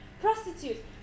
prostitute